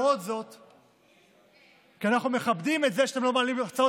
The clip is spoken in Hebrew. אנחנו מכבדים את זה שאתם לא מעלים הצעות